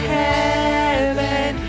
heaven